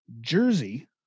Jersey